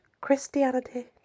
Christianity